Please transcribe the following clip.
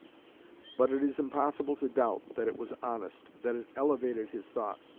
but it is impossible to doubt that it was honest, that it elevated his thoughts,